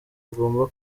agomba